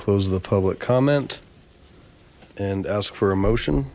close close the public comment and ask for a motion